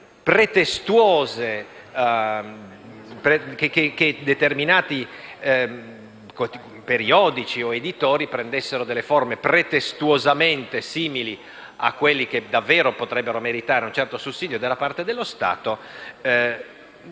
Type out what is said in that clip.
che determinati periodici o editori prendessero delle forme pretestuosamente simili a quelle che potrebbero davvero meritare un sussidio da parte dello Stato.